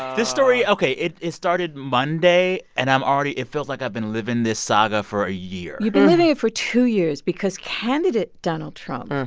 this story ok, it it started monday. and i'm already it feels like i've been living this saga for a year you've been living it for two years because candidate donald trump. oh